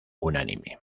unánime